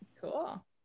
cool